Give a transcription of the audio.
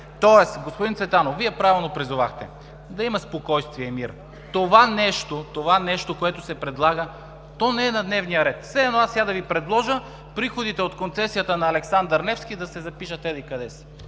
94! Господин Цветанов, Вие правилно призовахте да има спокойствие и мир. Това нещо, което се предлага, то не е на дневен ред. Все едно аз сега да Ви предложа приходите от концесията на „Александър Невски“ да се запишат еди-къде си.